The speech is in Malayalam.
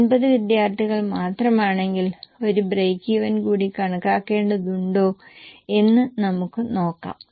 50 വിദ്യാർത്ഥികൾ മാത്രമാണെങ്കിൽ ഒരു ബ്രേക്ക് ഈവൻ കൂടി കണക്കാക്കേണ്ടതുണ്ടോ എന്ന് നമുക്ക് നോക്കാം